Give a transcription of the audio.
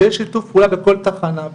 שיש שיתוף פעולה בכל תחנה,